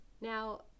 now